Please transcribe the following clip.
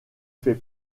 fait